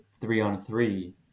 three-on-three